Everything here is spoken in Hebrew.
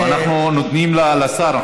לא, אנחנו נותנים לשר.